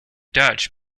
dutch